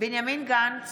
בנימין גנץ,